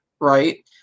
right